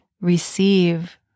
receive